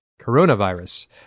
coronavirus